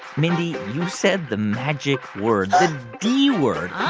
mindy, you said the magic word. the d word,